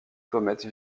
comètes